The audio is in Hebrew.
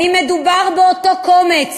האם מדובר באותו קומץ